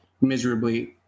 miserably